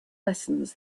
lessons